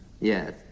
Yes